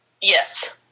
Yes